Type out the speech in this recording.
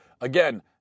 Again